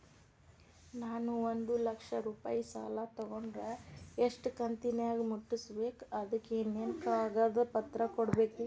ನಾನು ಒಂದು ಲಕ್ಷ ರೂಪಾಯಿ ಸಾಲಾ ತೊಗಂಡರ ಎಷ್ಟ ಕಂತಿನ್ಯಾಗ ಮುಟ್ಟಸ್ಬೇಕ್, ಅದಕ್ ಏನೇನ್ ಕಾಗದ ಪತ್ರ ಕೊಡಬೇಕ್ರಿ?